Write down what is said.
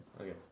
okay